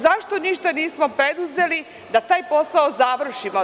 Zašto ništa nismo preduzeli da taj posao završimo?